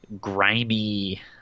grimy